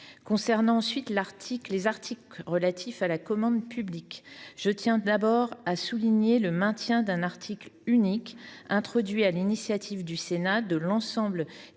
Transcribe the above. également. Sur les articles relatifs à la commande publique, je tiens d’abord à souligner le maintien dans un article unique, introduit sur l’initiative du Sénat, de l’ensemble des